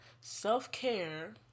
self-care